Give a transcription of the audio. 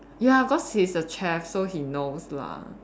ya cause he's the chef so he knows lah